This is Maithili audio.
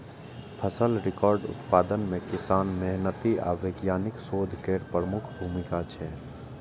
फसलक रिकॉर्ड उत्पादन मे किसानक मेहनति आ वैज्ञानिकक शोध केर प्रमुख भूमिका छै